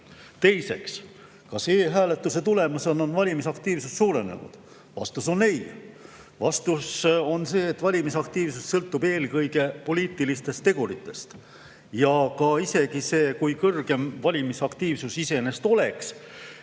Teiseks: kas e‑hääletuse tulemusel on valimisaktiivsus suurenenud? Vastus on ei. Vastus on see, et valimisaktiivsus sõltub eelkõige poliitilistest teguritest. Ja isegi kui oleks kõrgem valimisaktiivsus, siis ei oleks